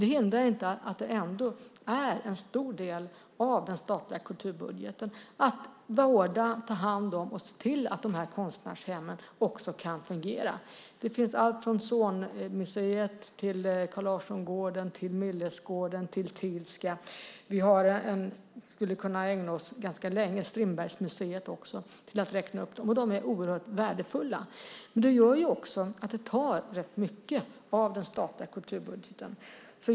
Det hindrar inte att en stor del av den statliga kulturbudgeten ändå går till att vårda och ta hand om konstnärshemmen och se till att de kan fungera. Det rör sig om allt från Zornmuseet och Carl Larsson-gården till Millesgården, Thielska galleriet och Strindbergsmuseet. Vi skulle kunna ägna oss ganska länge åt att räkna upp dem. De är oerhört värdefulla. Det gör också att de tar rätt mycket av den statliga kulturbudgeten.